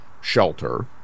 shelter